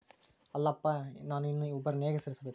ಅಲ್ಲಪ್ಪ ನಾನು ಇನ್ನೂ ಒಬ್ಬರನ್ನ ಹೇಗೆ ಸೇರಿಸಬೇಕು?